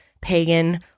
Pagan